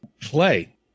Play